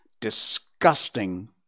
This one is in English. disgusting